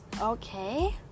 Okay